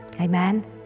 Amen